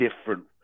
different